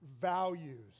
values